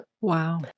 Wow